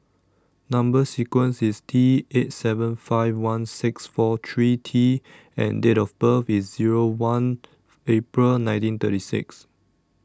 Number sequence IS T eight seven five one six four three T and Date of birth IS Zero one April nineteen thirty six